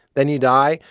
then you die.